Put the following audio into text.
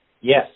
Yes